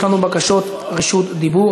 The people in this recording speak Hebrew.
יש לנו בקשות רשות דיבור.